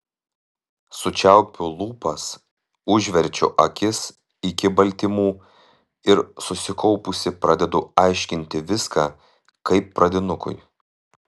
sučiaupiu lūpas užverčiu akis iki baltymų ir susikaupusi pradedu aiškinti viską kaip pradinukui